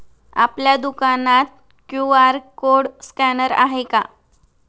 आपल्या दुकानात QR code scanner आहे का?